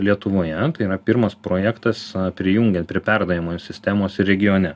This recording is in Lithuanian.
lietuvoje tai yra pirmas projektas prijungiant prie perdavimo sistemos regione